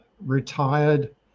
retired